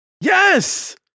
Yes